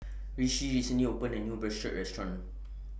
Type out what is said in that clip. Rishi recently opened A New Bratwurst Restaurant